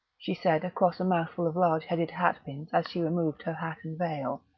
she said across a mouthful of large-headed hatpins as she removed her hat and veil.